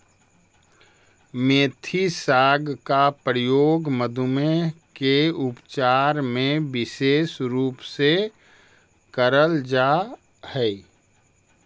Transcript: मेथी साग का प्रयोग मधुमेह के उपचार में विशेष रूप से करल जा हई